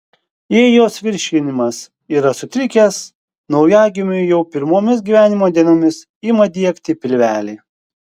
jei jos virškinimas yra sutrikęs naujagimiui jau pirmomis gyvenimo dienomis ima diegti pilvelį